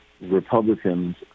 Republicans